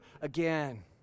again